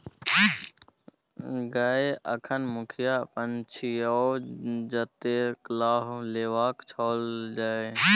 गय अखन मुखिया अपन छियै जतेक लाभ लेबाक छौ ल लए